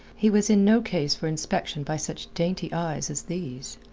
he was in no case for inspection by such dainty eyes as these.